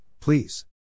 please